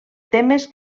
temes